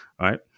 right